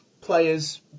players